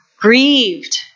grieved